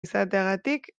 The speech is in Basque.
izateagatik